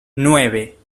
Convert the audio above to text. nueve